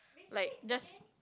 like just